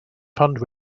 fund